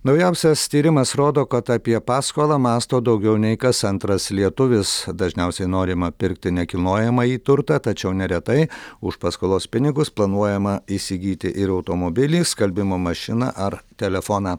naujausias tyrimas rodo kad apie paskolą mąsto daugiau nei kas antras lietuvis dažniausiai norima pirkti nekilnojamąjį turtą tačiau neretai už paskolos pinigus planuojama įsigyti ir automobilį skalbimo mašiną ar telefoną